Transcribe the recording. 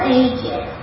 ages